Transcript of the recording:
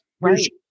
Right